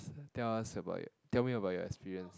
tell us about your tell me about your experience